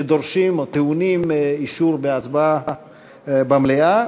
שדורשים או טעונים אישור בהצבעה במליאה: